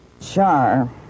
Char